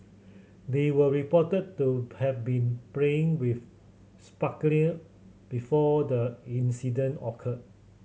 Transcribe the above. they were reported to have been playing with sparkler before the incident occurred